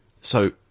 So-